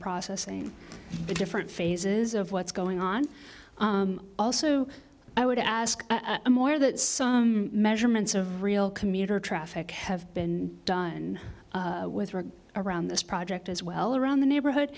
processing the different phases of what's going on also i would ask i'm aware that some measurements of real commuter traffic have been done with work around this project as well around the neighborhood